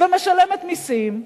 ומשלמת מסים,